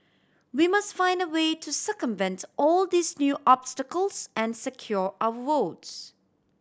we must find a way to circumvent all these new obstacles and secure our votes